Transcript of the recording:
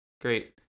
Great